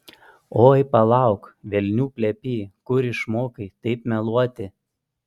oi palauk velnių plepy kur išmokai taip meluoti